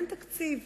אין תקציב.